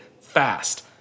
fast